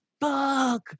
Fuck